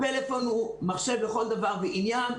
הפלאפון הוא מחשב לכל דבר ועניין.